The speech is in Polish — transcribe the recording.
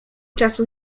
czasu